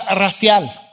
racial